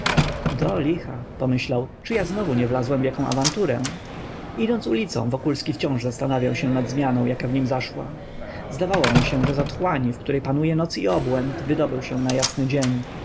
do licha pomyślał czy ja znowu nie wlazłem w jaką awanturę idąc ulicą wokulski wciąż zastanawiał się nad zmianą jaka w nim zaszła zdawało mu się że z otchłani w której panuje noc i obłęd wydobył się na jasny dzień